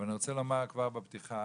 אבל אני רוצה לומר כבר בפתיחה,